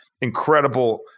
incredible